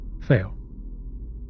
Fail